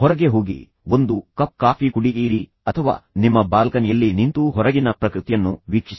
ಹೊರಗೆ ಹೋಗಿ ಒಂದು ಕಪ್ ಕಾಫಿ ಕುಡಿಯಿರಿ ಅಥವಾ ಹೊರಗೆ ಹೋಗಿ ಎಲ್ಲೋ ನಿಧಾನವಾಗಿ ನಡೆಯಿರಿ ಅಥವಾ ಕೇವಲ ನಿಮ್ಮ ಬಾಲ್ಕನಿ ಯಲ್ಲಿ ನಿಂತು ಹೊರಗಿನ ಪ್ರಕೃತಿಯನ್ನು ವೀಕ್ಷಿಸಿ